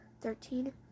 thirteen